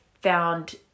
found